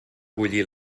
bullir